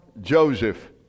joseph